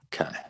Okay